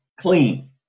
clean